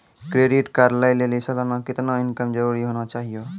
Credit card लय लेली सालाना कितना इनकम जरूरी होना चहियों?